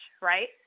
Right